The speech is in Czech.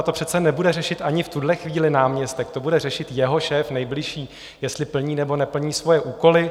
To přece nebude řešit ani v tuhle chvíli náměstek, to bude řešit jeho nejbližší šéf, jestli plní nebo neplní svoje úkoly.